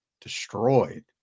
destroyed